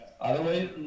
Otherwise